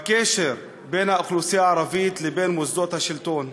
בקשר בין האוכלוסייה הערבית לבין מוסדות השלטון.